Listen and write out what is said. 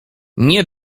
nie